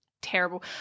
terrible